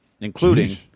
including